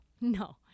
no